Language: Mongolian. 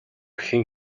хэн